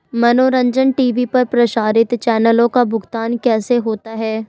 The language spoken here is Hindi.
मनोरंजन टी.वी पर प्रसारित चैनलों का भुगतान कैसे होता है?